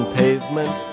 pavement